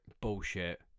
Bullshit